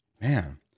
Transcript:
Man